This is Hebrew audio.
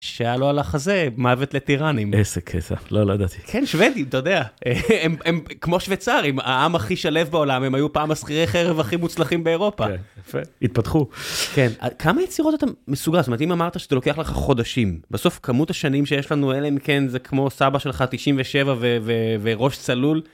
שהיה לו על החזה, מוות לטיראנים. עסק, עסק, לא לדעתי. כן, שוודים, אתה יודע, הם כמו שוויצרים, העם הכי שלב בעולם, הם היו פעם השכיריי חרב הכי מוצלחים באירופה. יפה, התפתחו. כן, כמה יצירות אתה מסוגל? זאת אומרת, אם אמרת שזה לוקח לך חודשים, בסוף כמות השנים שיש לנו אלה, אם כן זה כמו סבא שלך, 97 וראש צלול.